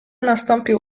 nastąpił